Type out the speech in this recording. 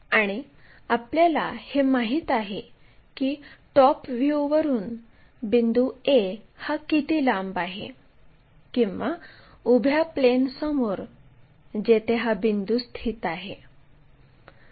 आणि आपल्याला हे माहित आहे की टॉप व्ह्यूवरून बिंदू A हा किती लांब आहे किंवा उभ्या प्लेनसमोर जेथे हा बिंदू स्थित आहे